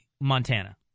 Montana